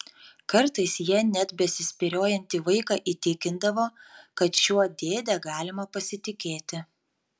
kartais ja net besispyriojantį vaiką įtikindavo kad šiuo dėde galima pasitikėti